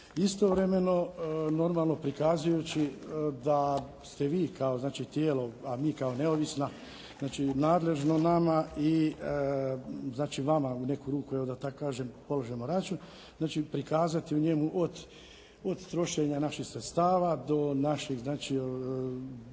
istovremeno, normalno prikazujući da ste vi kao znači tijelo a mi kao neovisna, znači nadležno nama i znači vama u neku ruku, da tako kažem polažemo račun, znači prikazati u njemu od trošenja naših sredstava, do naših znači